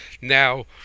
now